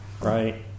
right